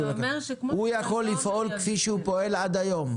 הוא יכול לפעול כפי שהוא פועל עד היום?